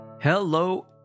Hello